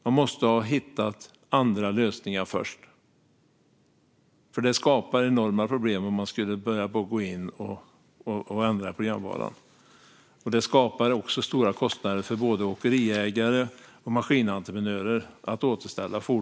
Man måste hitta andra lösningar, för det skapar enorma problem om man går in och ändrar i programvaran. Att återställa fordonen efteråt skapar också stora kostnader för både åkeriägare och maskinentreprenörer.